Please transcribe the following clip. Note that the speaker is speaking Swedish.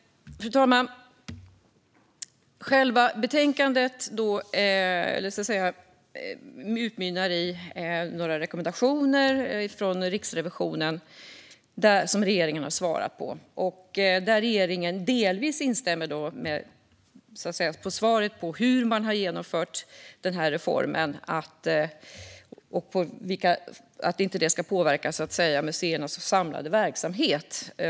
Fru talman! Betänkandet utmynnar i några rekommendationer från Riksrevisionen som regeringen har svarat på. Regeringen instämmer delvis när det gäller hur man har genomfört denna reform och att det inte ska påverka museernas samlade verksamhet.